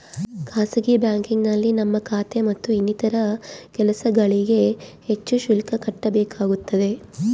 ಖಾಸಗಿ ಬ್ಯಾಂಕಿಂಗ್ನಲ್ಲಿ ನಮ್ಮ ಖಾತೆ ಮತ್ತು ಇನ್ನಿತರ ಕೆಲಸಗಳಿಗೆ ಹೆಚ್ಚು ಶುಲ್ಕ ಕಟ್ಟಬೇಕಾಗುತ್ತದೆ